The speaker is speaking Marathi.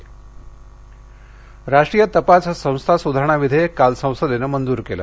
एन आय ए राष्ट्रीय तपास संस्था सुधारणा विधेयक काल संसदेनं मंजूर केलं